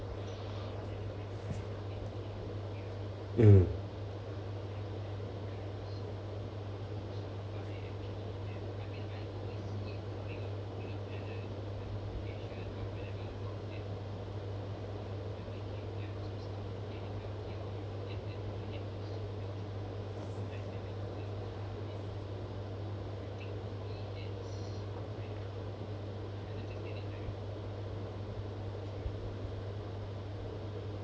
mm